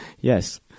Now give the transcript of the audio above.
yes